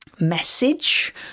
message